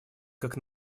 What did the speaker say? как